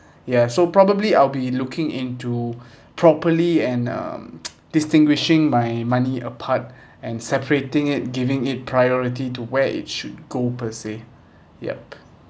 ya so probably I'll be looking into properly and um distinguishing my money apart and separating it giving it priority to where it should go per se yup